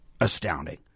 astounding